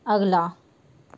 ਅਗਲਾ